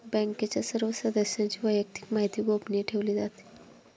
बँकेच्या सर्व सदस्यांची वैयक्तिक माहिती गोपनीय ठेवली जाते